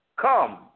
Come